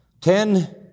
Ten